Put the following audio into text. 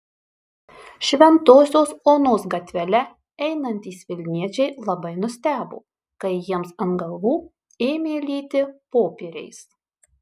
šventosios onos gatvele einantys vilniečiai labai nustebo kai jiems ant galvų ėmė lyti popieriais